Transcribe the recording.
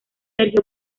sergio